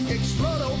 Explode